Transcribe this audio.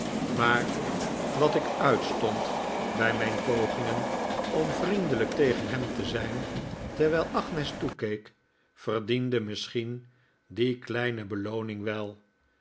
maar wat ik uitstond bij mijn pogingen onl vriendelijk tegen hem te zijn terwijl agnes toekeek verdiende misschien die kleine belooning wel